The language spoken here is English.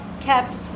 kept